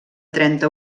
trenta